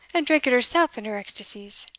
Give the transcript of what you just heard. and drank it hersell in her ecstacies